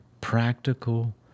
practical